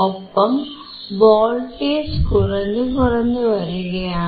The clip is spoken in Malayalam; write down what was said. ഒപ്പം വോൾട്ടേജ് കുറഞ്ഞു കുറഞ്ഞ് വരികയാണ്